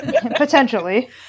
potentially